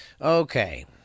Okay